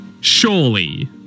Surely